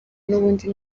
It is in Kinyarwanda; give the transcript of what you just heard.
n’ubundi